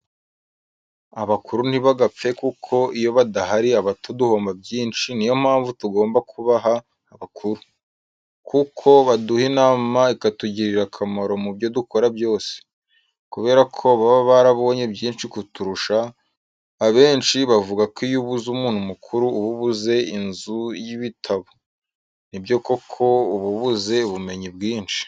Abakuru ntibagapfe kuko iyo badahari abato duhomba byinshi niyo mpamvu tugomba kubaha abakuru. Kuko baduha inama ikatugirira akamaro mubyo dukora byose. Kubera ko baba barabonye byinshi kuturusha, abenshi bavugako iyo ubuze umuntu mukuru uba ubuze inzu y'ibitabo. Nibyo koko uba ubuze ubumenyi bwinshi.